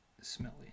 smelly